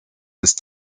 ist